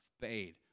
paid